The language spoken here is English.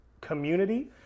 community